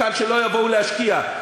שלא יבואו להשקיע.